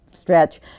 stretch